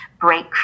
break